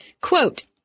quote